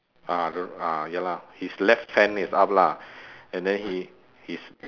ah the ah ya lah his left hand is up lah and then he his